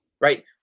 right